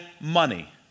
money